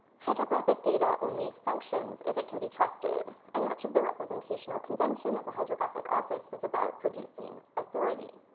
hydrographic data only functions if it can be trusted and much of the representational convention of the hydrographic office was about producing authority.